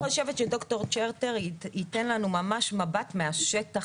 אני חושבת שדוקטור צ'רטר ייתן לנו ממש מבט מהשטח,